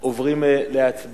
אנחנו עוברים להצבעה,